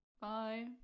bye